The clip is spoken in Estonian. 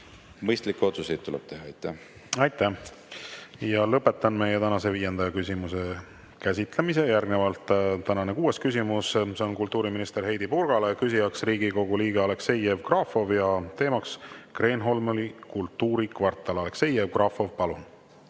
mõistlikke otsuseid tuleb teha. Aitäh! Lõpetan meie tänase viienda küsimuse käsitlemise. Järgnevalt tänane kuues küsimus, see on kultuuriminister Heidy Purgale. Küsija on Riigikogu liige Aleksei Jevgrafov ja teema Kreenholmi kultuurikvartal. Aleksei Jevgrafov, palun!